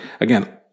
Again